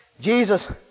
Jesus